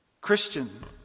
Christian